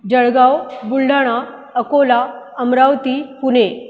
Jalgaon Buldhana Akola Amravati Pune